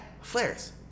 flare's